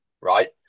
right